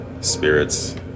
spirits